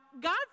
God